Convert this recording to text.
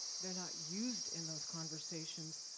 they're not used in those conversations,